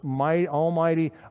almighty